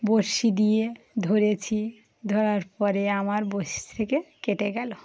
বঁড়শি দিয়ে ধরেছি ধরার পরে আমার বঁড়শি থেকে কেটে গেলো